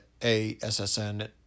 ASSN